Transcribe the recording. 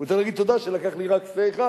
הוא צריך להגיד: תודה שלקח לי רק שה אחד,